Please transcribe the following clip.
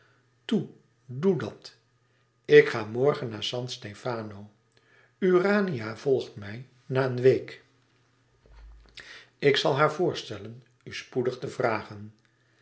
toe doe dat ik ga morgen naar san stefano urania volgt mij na een week ik zal haar voorstellen u spoedig te vragen